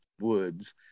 woods